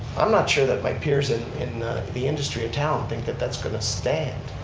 i'm not sure that my peers and in the industry in town think that that's going to stand.